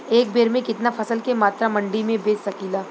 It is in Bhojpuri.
एक बेर में कितना फसल के मात्रा मंडी में बेच सकीला?